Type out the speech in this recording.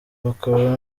bakaba